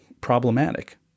problematic